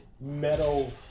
metal